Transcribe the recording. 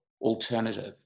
alternative